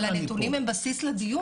אבל הנתונים הם הבסיס לדיון.